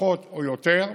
פחות או יותר,